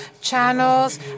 channels